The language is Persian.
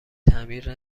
تعمیر